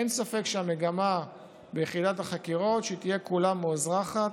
אין ספק שהמגמה היא שיחידת החקירות תהיה כולה מאוזרחת,